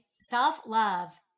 Self-love